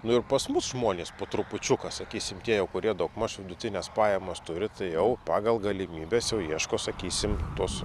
nu ir pas mus žmonės po trupučiuką sakysim tie jau kurie daugmaž vidutines pajamas turi tai jau pagal galimybes jau ieško sakysim tos